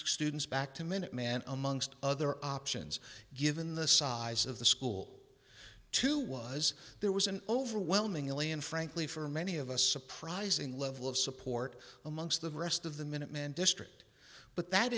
students back to minuteman amongst other options given the size of the school to was there was an overwhelmingly and frankly for many of a surprising level of support amongst the rest of the minuteman district but that